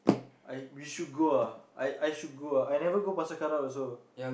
I we should go ah I I should go ah I never go Pasar-Karat also